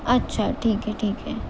अच्छा ठीक आहे ठीक आहे